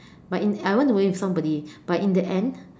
but in I went away with somebody but in the end